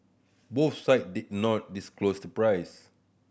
both side did not disclose the price